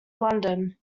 london